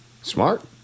Smart